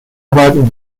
arbeiten